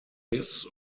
this